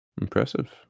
Impressive